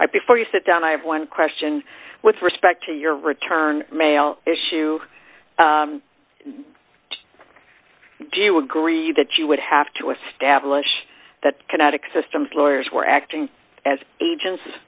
ip for you sit down i have one question with respect to your return mail issue do you agree that you would have to establish that kinetic systems lawyers were acting as agents